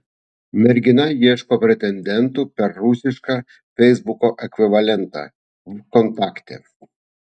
mergina ieško pretendentų per rusišką feisbuko ekvivalentą vkontakte